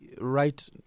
right